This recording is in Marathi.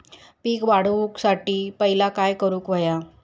पीक वाढवुसाठी पहिला काय करूक हव्या?